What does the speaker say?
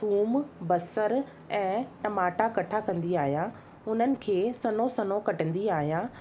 थूम बसर ऐं टमाटा कठा कंदी आहियां उन्हनि खे सन्हो सन्हो कटंदी आहियां